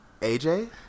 AJ